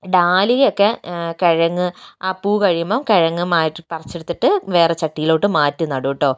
ഡാലിയയൊക്കെ കിഴങ്ങ് ആ പൂവ് കഴിയുമ്പോൾ കിഴങ്ങ് മാറ്റി പറിച്ച് എടുത്തിട്ട് വേറെ ചട്ടിയിലോട്ട് മാറ്റി നടും കേട്ടോ